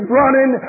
running